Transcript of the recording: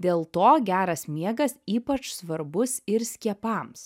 dėl to geras miegas ypač svarbus ir skiepams